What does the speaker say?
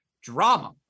drama